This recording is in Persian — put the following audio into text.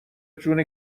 جون